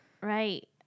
right